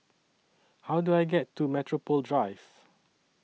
How Do I get to Metropole Drive